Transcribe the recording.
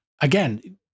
again